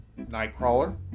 Nightcrawler